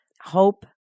hope